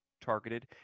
targeted